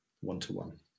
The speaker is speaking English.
one-to-one